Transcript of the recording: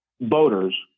boaters